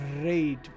great